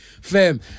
fam